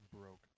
broke